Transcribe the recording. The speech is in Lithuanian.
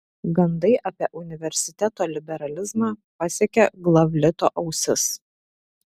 gandai apie universiteto liberalizmą pasiekė glavlito ausis